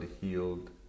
healed